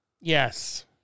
Yes